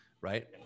right